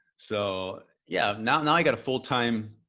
so yeah. now and i got a full time,